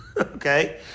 Okay